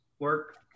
Work